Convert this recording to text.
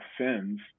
sins